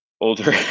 older